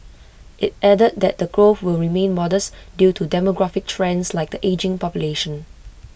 IT added that the growth will remain modest due to demographic trends like the ageing population